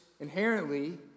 inherently